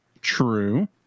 True